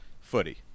footy